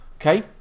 Okay